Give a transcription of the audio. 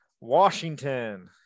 Washington